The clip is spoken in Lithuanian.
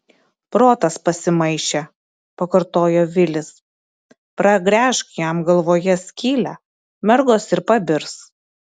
protas pasimaišė pakartojo vilis pragręžk jam galvoje skylę mergos ir pabirs